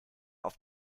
auf